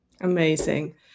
Amazing